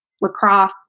lacrosse